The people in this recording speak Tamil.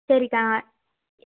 சரிக்கா